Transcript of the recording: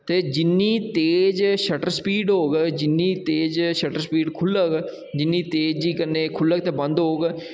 ते जिन्नी तेज शटर स्पीड़ होग जिन्नी तेज शटर स्पीड़ खुह्लग जिन्नी तेजी कन्नै खुह्लग ते बंद होग